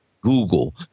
Google